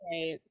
Right